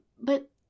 But-